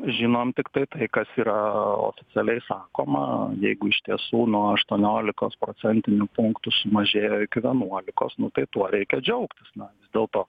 žinom tiktai tai kas yra oficialiai sakoma jeigu iš tiesų nuo aštuoniolikos procentinių punktų sumažėjo iki vienuolikos nu tai tuo reikia džiaugtis na visdėlto